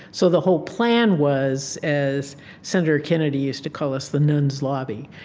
so the whole plan was, as senator kennedy used to call us, the nuns' lobby.